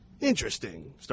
Interesting